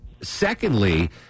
Secondly